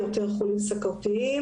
יותר חולים סוכרתיים.